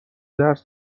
درس